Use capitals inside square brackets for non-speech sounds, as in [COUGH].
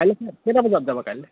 কাইলৈ [UNINTELLIGIBLE] কেইটা বজাত যাবা কাইলৈ